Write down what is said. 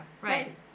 right